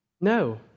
No